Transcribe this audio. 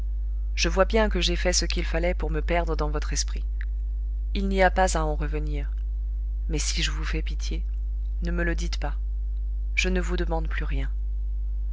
je vois bien que j'ai fait ce qu'il fallait pour me perdre dans votre esprit il n'y a pas à en revenir mais si je vous fais pitié ne me le dites pas je ne vous demande plus rien